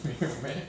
然后我没有读到